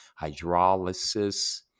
hydrolysis